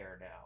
now